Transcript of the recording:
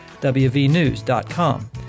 wvnews.com